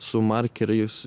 su markeriais